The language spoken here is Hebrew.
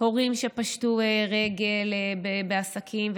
הורים שפשטו רגל בעסקים,